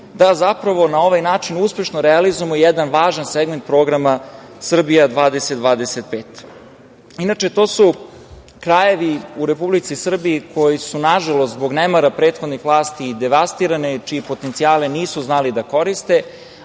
da zapravo na ovaj način uspešno realizujemo jedan važan segment programa Srbija 20-25.Inače, to su krajevi u Republici Srbiji koji su zbog nemara prethodnih vlasti devastirani, čije potencijale nisu znali da koriste,